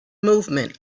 movement